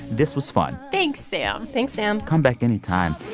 this was fun thanks, sam thanks, sam come back anytime.